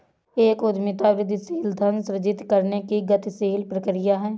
एक उद्यमिता वृद्धिशील धन सृजित करने की गतिशील प्रक्रिया है